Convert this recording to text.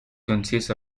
consist